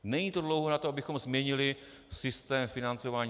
Není to dlouho na to, abychom změnili systém financování.